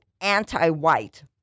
anti-white